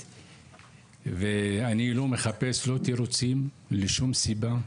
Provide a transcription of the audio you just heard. אני לא מחפש תירוצים לשום סיבה,